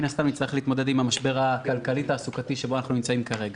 הסתם נצטרך להתמודד עם המשבר הכלכלי תעסוקתי בו אנחנו נמצאים כרגע.